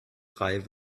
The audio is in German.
drei